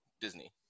Disney